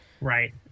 Right